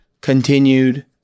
continued